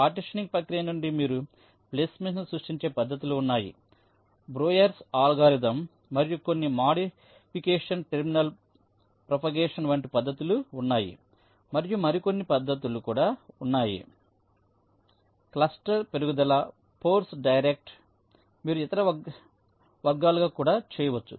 partitioning ప్రక్రియ నుండి మీరు ప్లేస్మెంట్ను సృష్టించే పద్ధతులు ఉన్నాయి బ్రూయర్స్ అల్గోరిథంBreuer's algorithm మరియు కొన్ని మాడిఫికేషన్ టెర్మినల్ ప్రోపగేషన్ వంటి పద్ధతులు ఉన్నాయి మరియు మరికొన్ని పద్ధతులు కూడా ఉన్నాయి క్లస్టర్ పెరుగుదల ఫోర్స్ డైరెక్ట్డ్ మీరు ఇతర వర్గాలుగా కూడా చేయవచ్చు